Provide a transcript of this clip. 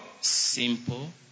simple